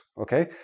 okay